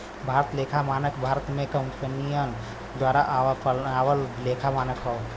भारतीय लेखा मानक भारत में कंपनियन द्वारा अपनावल लेखा मानक हौ